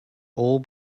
all